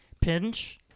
pinch